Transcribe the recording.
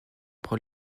pour